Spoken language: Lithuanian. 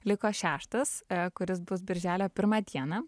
liko šeštas kuris bus birželio pirmą dieną